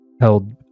held